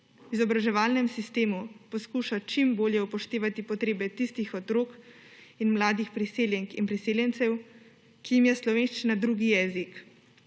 V izobraževalnem sistemu poskuša čim bolje upoštevati potrebe tistih otrok in mladih priseljenk in priseljencev, ki jim je slovenščina drugi jezik,